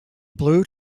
blue